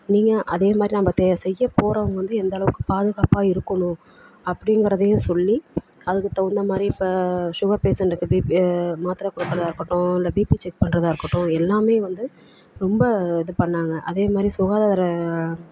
நீங்கள் அதே மாதிரி நம்ம தே செய்யப் போகிறவங்க வந்து எந்தளவுக்கு பாதுகாப்பாக இருக்கணும் அப்படிங்குறதையும் சொல்லி அதுக்கு தகுந்த மாதிரி இப்போ சுகர் பேஷண்டுக்கு பிபி மாத்திரை கொடுக்கறதா இல்லை பிபி செக் பண்ணுறதா இருக்கட்டும் எல்லாமே வந்து ரொம்ப இது பண்ணாங்க அதே மாதிரி சுகாதாரம்